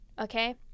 okay